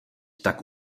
tak